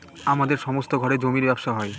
আমাদের সমস্ত ঘরে জমির ব্যবসা হয়